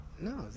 No